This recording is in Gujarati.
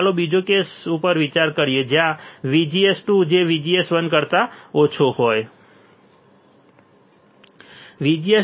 ચાલો બીજા કેસ ઉપર વિચાર કરીએ જ્યાં VGS2 જે VGS1 કરતા ઓછો હોય